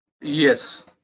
Yes